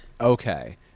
Okay